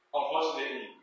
unfortunately